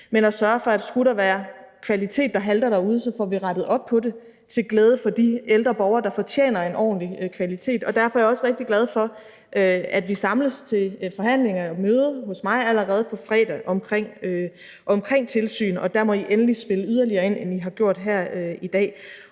men at sørge for, at skulle der være kvalitet, der halter derude, så får vi rettet op på det til glæde for de ældre borgere, der fortjener en ordentlig kvalitet. Og derfor er jeg også rigtig glad for, at vi samles til forhandlinger, til et møde, hos mig allerede på fredag omkring tilsyn, og der må I endelig spille yderligere ind, end I har gjort her i dag.